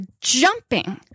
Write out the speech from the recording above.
jumping